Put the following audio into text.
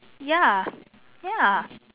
ya ya